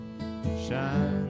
shine